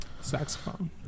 saxophone